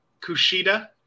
Kushida